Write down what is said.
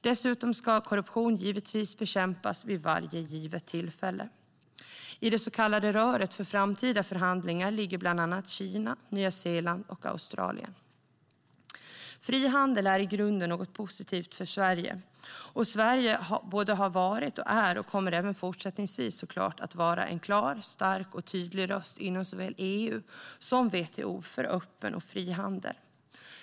Dessutom ska korruption givetvis bekämpas vid varje givet tillfälle. I det så kallade röret för framtida förhandlingar ligger bland andra Kina, Nya Zeeland och Australien. Frihandel är i grunden något positivt för Sverige. Sverige har varit, är och kommer även fortsättningsvis såklart att vara en klar, stark och tydlig röst inom såväl EU som WTO för öppen och fri handel.